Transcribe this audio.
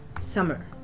summer